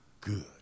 good